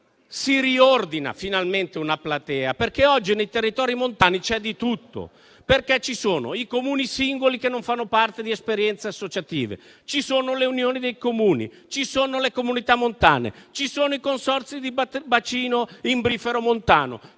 si riordina finalmente una platea, perché oggi nei territori montani c'è di tutto: i Comuni singoli che non fanno parte di esperienze associative, le Unioni dei Comuni, le Comunità montane, i consorzi di bacino imbrifero montano,